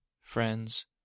friends